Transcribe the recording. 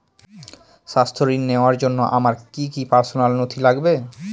স্বাস্থ্য ঋণ নেওয়ার জন্য আমার কি কি পার্সোনাল নথি লাগবে?